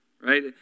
Right